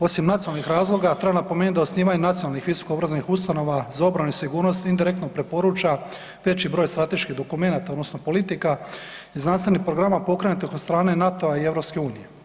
Osim nacionalnih razloga treba napomenuti da osnivanje nacionalnih visokoobrazovnih ustanova za obranu i sigurnost indirektno preporuča veći broj strateških dokumenata odnosno politika i znanstvenih programa pokrenutih od strane NATO-a i EU.